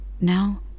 Now